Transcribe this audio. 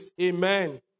Amen